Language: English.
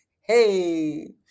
Hey